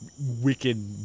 wicked